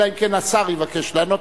אלא אם כן השר יבקש לענות.